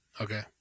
Okay